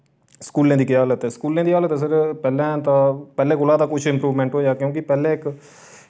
स्कूलें दी केह् हालत ऐ स्कूलें दी हालत सर पैह्लें तां पैह्लें कोला ता कुछ इम्प्रूवमेंट होएआ क्यूंकि पैह्लें इक